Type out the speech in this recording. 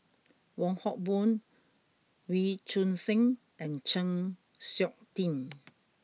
Wong Hock Boon Wee Choon Seng and Chng Seok Tin